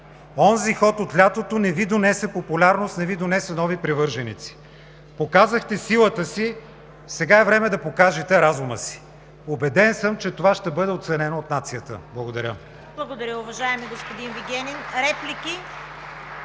онзи ход от лятото не Ви донесе популярност, не Ви донесе нови привърженици. Показахте силата си. Сега е време да покажете разума си. Убеден съм, че това ще бъде оценено от нацията. Благодаря. (Ръкопляскания от „БСП за